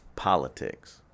politics